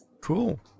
Cool